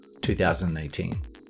2018